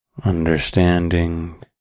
understanding